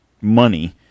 money